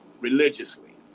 religiously